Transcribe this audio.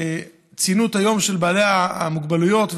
כשציינו את היום של אנשים עם מוגבלות,